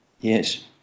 Yes